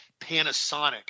Panasonic